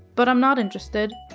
but i'm not interested.